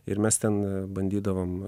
ir mes ten bandydavom